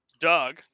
Doug